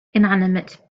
inanimate